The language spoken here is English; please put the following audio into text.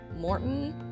morton